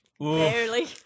Barely